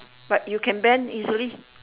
but you can bend easily